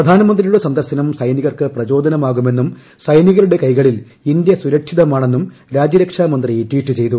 പ്രധാനമന്ത്രിയുടെ സന്ദർശനം സൈനികർക്ക് പ്രചോദനമാകുമെന്നും സൈനികരുടെ കൈകളിൽ ഇന്ത്യ സുരക്ഷിതമാണെന്നും രാജ്യരക്ഷാമന്ത്രി ട്വീറ്റ് ചെയ്തു